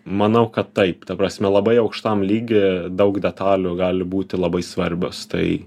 manau kad taip ta prasme labai aukštam lygy daug detalių gali būti labai svarbios tai